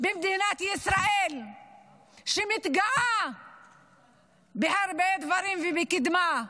מדינת ישראל שמתגאה בהרבה דברים ובקדמה,